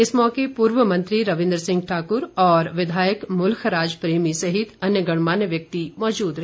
इस मौके पूर्व मंत्री रविन्द्र सिंह ठाकुर और विधायक मुलखराज प्रेमी सहित अन्य गणमान्य व्यक्ति मौजूद रहे